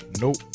Nope